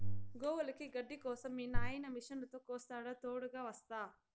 గోవులకి గడ్డి కోసం మీ నాయిన మిషనుతో కోస్తాడా తోడుగ వస్తా